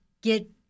get